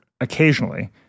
occasionally